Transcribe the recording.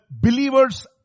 believer's